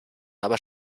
aber